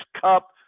cup